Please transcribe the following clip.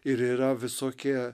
ir yra visokie